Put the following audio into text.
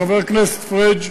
חבר הכנסת פריג',